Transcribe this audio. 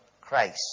Christ